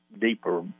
deeper